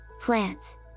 plants